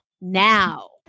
now